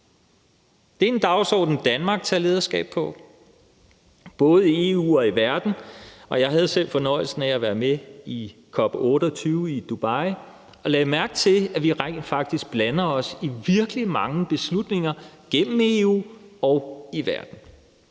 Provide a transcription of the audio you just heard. Det er en dagsorden, Danmark tager lederskab over, både i EU og i verden, og jeg havde selv fornøjelsen af at være med ved COP 28 i Dubai og lagde mærke til, at vi rent faktisk blander os i virkelig mange beslutninger gennem EU og i verden.